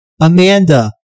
Amanda